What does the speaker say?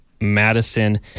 Madison